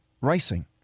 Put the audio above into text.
racing